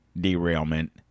derailment